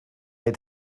het